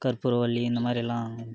கற்பூரவல்லி இந்த மாதிரியெல்லாம்